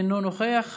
אינו נוכח,